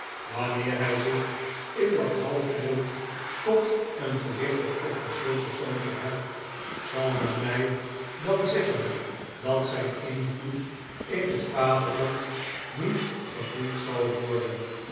wanneer hij zich in dat halfrond tot een gewichtig officieel persoon verheft zal men mij dan zeggen dat zijn invloed in het vaderland niet gevoeld zal worden